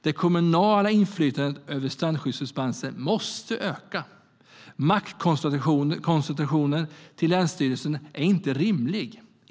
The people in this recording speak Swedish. Det kommunala inflytandet över strandskyddsdispenser måste öka. Maktkoncentrationen till länsstyrelsen är inte rimlig.